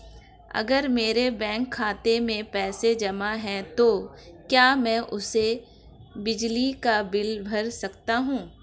अगर मेरे बैंक खाते में पैसे जमा है तो क्या मैं उसे बिजली का बिल भर सकता हूं?